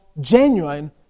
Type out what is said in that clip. genuine